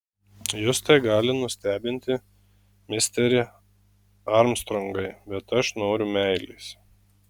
jus tai gali nustebinti misteri armstrongai bet aš noriu meilės